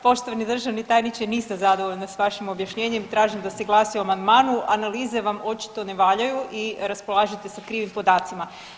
Poštovani državni tajniče, nisam zadovoljna s vašim objašnjenjem i tražim da se glasuje o amandmanu, analize vam očito ne valjaju i raspolažete sa krivim podacima.